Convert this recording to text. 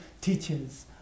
teachers